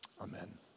Amen